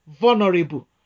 vulnerable